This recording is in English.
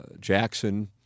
Jackson